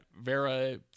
vera